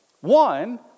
One